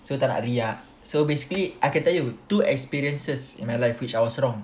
so tak ah so basically I can tell you two experiences in my life which I was wrong